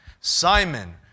Simon